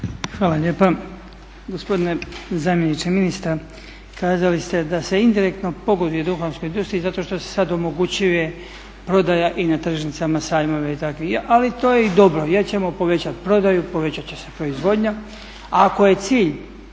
Hvala lijepa. Gospodine zamjeniče ministra, kazali ste da se indirektno pogoduje duhanskoj industriji zato što se sad omogućuje prodaja i na tržnicama, sajmovima itd., ali to je i dobro jer ćemo povećat prodaju, povećat će se proizvodnja. Ako je cilj